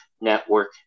network